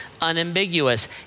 Unambiguous